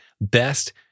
best